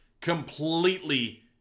completely